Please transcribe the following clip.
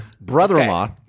Brother-in-law